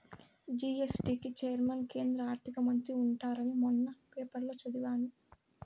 GST కి chairman కేంద్ర ఆర్థిక మంత్రి ఉంటారని మొన్న పేపర్లో చదివాను